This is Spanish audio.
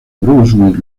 brunswick